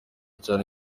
cyane